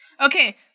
Okay